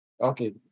Okay